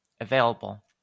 available